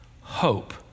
hope